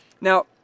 Now